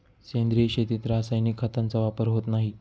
सेंद्रिय शेतीत रासायनिक खतांचा वापर होत नाही